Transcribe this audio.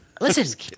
Listen